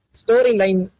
storyline